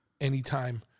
anytime